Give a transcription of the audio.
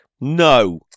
No